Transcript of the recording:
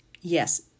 Yes